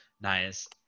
nice